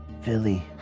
Philly